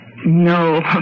No